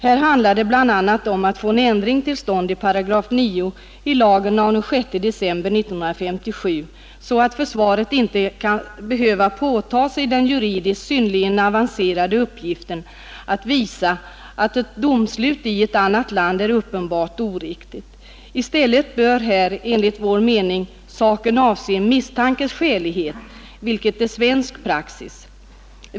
Här handlar det bl.a. om att få en ändring till stånd i 9 § i lagen av den 6 december 1957, så att försvaret inte behöver påta sig den juridiskt synnerligen avancerade uppgiften att visa att ett domsslut i ett annat land är uppenbart oriktigt. I stället bör här, enligt vår mening, saken avse misstankens skälighet, vilket är svensk praxis.